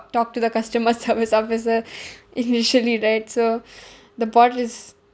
talk to the customer service officer initially right so the bot is